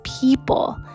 people